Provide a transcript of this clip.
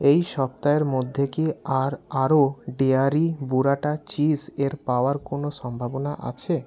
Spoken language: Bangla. এই সপ্তাহের মধ্যে কি আর আরও ডেয়ারি বুরাটা চিজের পাওয়ার কোনো সম্ভাবনা আছে